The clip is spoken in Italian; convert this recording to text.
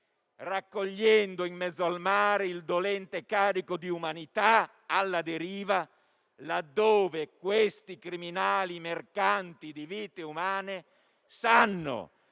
raccogliendo in mezzo al mare il dolente carico di umanità alla deriva, laddove questi criminali, mercanti di vite umane, sanno